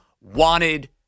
wanted